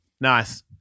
Nice